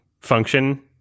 function